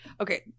okay